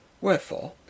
Wherefore